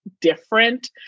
different